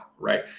Right